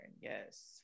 yes